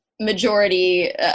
majority